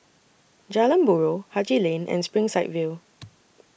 Jalan Buroh Haji Lane and Springside View